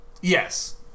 Yes